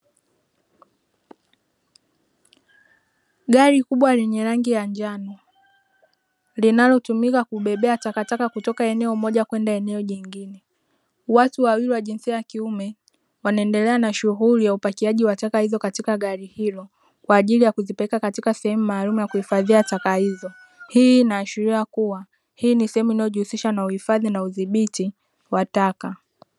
Gari kubwa lenye rangi ya njano linalotumika kubebea takataka kutoka eneo moja kwenda eneo jingine, watu wawili wa jinsia ya kiume wanaendelea na shughuli ya upakiaji wa taka hizo katika gari hilo. Kwa ajili ya kuzipeleka katika sehemu maalumu ya kuhifadhia taka hizo. Hii inaashiria kuwa hii ni sehemu inayojihusisha na uhifadhi na udhibiti wa taka.